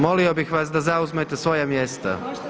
Molio bih vas da zauzmete svoja mjesta.